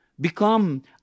become